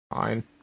Fine